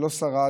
שלא שרד.